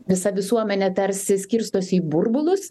visa visuomenė tarsi skirstosi į burbulus